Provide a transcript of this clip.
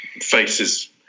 faces